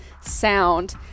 sound